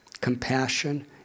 Compassion